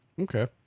Okay